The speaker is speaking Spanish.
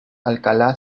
alcalá